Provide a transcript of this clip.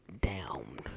down